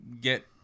get